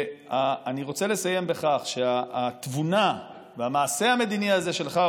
אני רוצה לסיים בכך שהתבונה והמעשה המדיני הזה שלך,